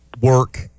work